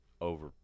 over